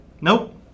Nope